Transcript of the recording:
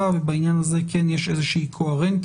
ובעניין הזה כן יש איזה שהיא קוהרנטיות.